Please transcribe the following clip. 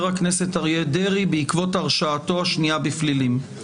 הכנסת אריה דרעי בעקבות הרשעתו השנייה בפלילים".